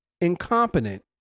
incompetent